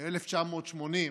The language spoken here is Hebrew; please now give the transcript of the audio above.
ב-1980,